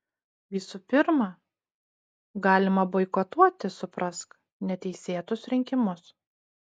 visų pirma galima boikotuoti suprask neteisėtus rinkimus